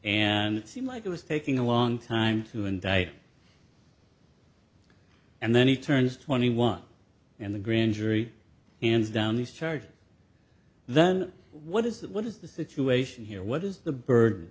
and it seemed like it was taking a long time to indict and then he turns twenty one and the grand jury hands down these charges then what is that what is the situation here what is the bird